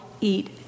eat